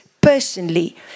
personally